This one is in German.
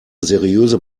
seriöse